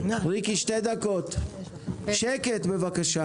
ריקי, שתי דקות, בבקשה.